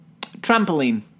trampoline